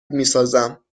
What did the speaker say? میسازم